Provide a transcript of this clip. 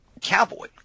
cowboy